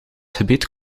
gebied